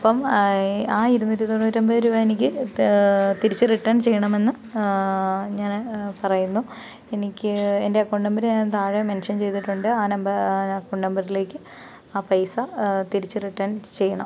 അപ്പം ആ ഇരുന്നൂറ്റി തൊണ്ണൂറ്റിയൊൻപത് രൂപ എനിക്ക് തിരിച്ച് റിട്ടേൺ ചെയ്യണമെന്ന് ഞാന് പറയുന്നു എനിക്ക് എൻ്റെ അക്കൌണ്ട് നമ്പർ ഞാൻ താഴെ മെൻഷൻ ചെയ്തിട്ടുണ്ട് ആ ആ അക്കൗണ്ട് നമ്പറിലേക്ക് ആ പൈസ തിരിച്ച് റിട്ടേൺ ചെയ്യണം